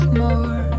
more